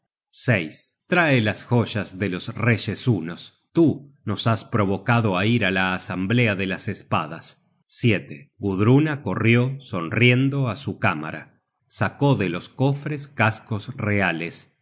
arma content from google book search generated at tú nos has provocado á ir á la asamblea de las espadas gudruna corrió sonriendo á su cámara sacó de los cofres cascos reales